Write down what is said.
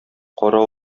кара